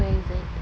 where is it